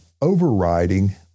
Overriding